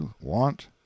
want